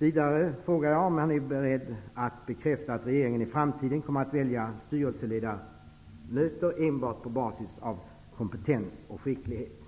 Vidare frågar jag om han är beredd att bekräfta att regeringen i framtiden kommer att välja styrelseledamöter enbart på basis av kompetens och skicklighet